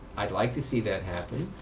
i'd like to see that happen.